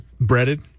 breaded